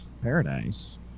paradise